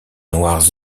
noires